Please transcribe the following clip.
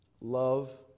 love